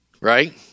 right